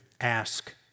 ask